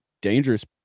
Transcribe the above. dangerous